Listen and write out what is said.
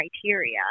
criteria